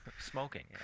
smoking